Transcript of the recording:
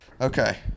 Okay